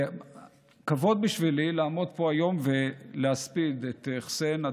כבוד בשבילי לעמוד פה היום ולהספיד את חסיין,